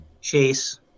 Chase